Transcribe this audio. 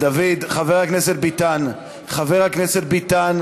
דוד, חבר הכנסת ביטן, חבר הכנסת ביטן,